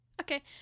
Okay